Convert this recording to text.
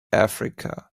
africa